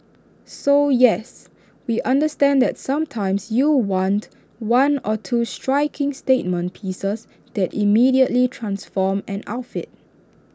so yes we understand that sometimes you want one or two striking statement pieces that immediately transform an outfit